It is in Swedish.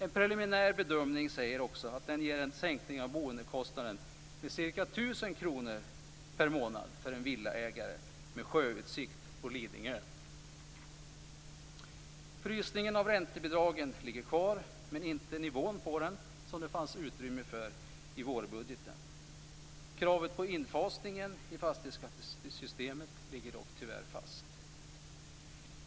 En preliminär bedömning säger också att den ger en sänkning av boendekostnaden med ca 1 000 kr per månad för en villaägare med sjöutsikt på Lidingö. Frysningen av räntebidragen ligger kvar, men inte nivån, som det fanns utrymme för i vårbudgeten. Kravet på infasning i fastighetsskattesystemet ligger dock tyvärr fast.